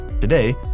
Today